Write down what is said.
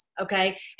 okay